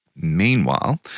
Meanwhile